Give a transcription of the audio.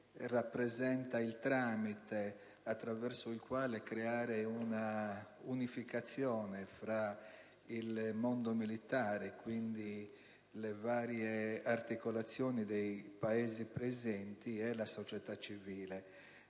rappresenta il tramite attraverso il quale creare un'unificazione tra il mondo militare (e quindi le varie articolazioni dei Paesi presenti) e la società civile.